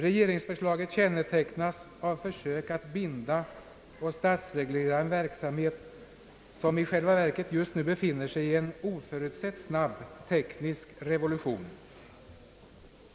Regeringsförslaget kännetecknas av försök att binda och statsreglera en verksamhet, som i själva verket just nu befinner sig i en oförutsett snabb teknisk revolution.